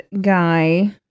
guy